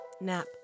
Nap